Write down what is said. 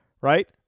right